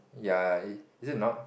ya is it not